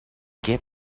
get